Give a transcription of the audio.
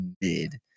mid